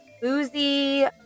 boozy